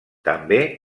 també